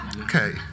Okay